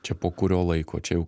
čia po kurio laiko čia jau